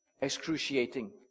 excruciating